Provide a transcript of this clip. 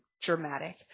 dramatic